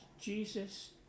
Jesus